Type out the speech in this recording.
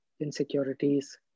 insecurities